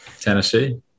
Tennessee